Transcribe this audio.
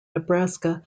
nebraska